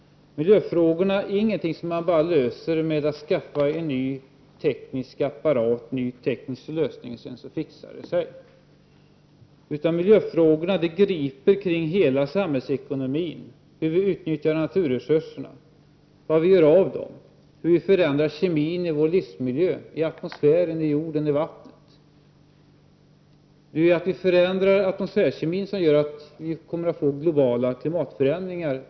Miljöfrågorna är ingenting som man bara löser genom att man skaffar ny teknik och nya tekniska lösningar och tror att det ordnar sig. Miljöfrågorna gäller hela samhällsekonomin, hur vi utnyttjar naturresurserna, vad vi gör av dem, hur vi förändrar kemin i vår livsmiljö, i atmosfären, jorden och vattnet. Att vi förändrar kemin i atmosfären gör att vi dess värre får globala klimatförändringar.